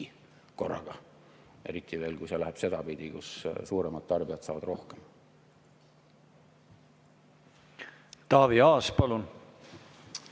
korraga, eriti veel, kui see läheb sedapidi, et suuremad tarbijad saavad rohkem. Taavi Aas, palun!